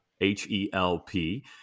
H-E-L-P